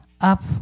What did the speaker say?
up